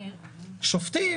שופטים,